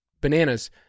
bananas